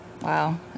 Wow